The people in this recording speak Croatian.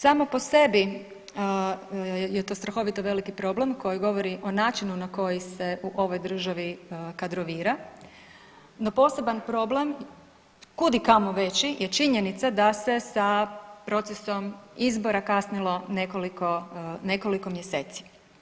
Samo po sebi je to strahovito veliki problem koji govori o načinu na koji se u ovoj državi kadrovira, no poseban problem kud i kamo veći je činjenica da se sa procesom izbora kasnilo nekoliko mjeseci.